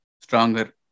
stronger